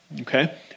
okay